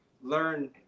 learn